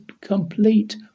complete